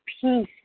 peace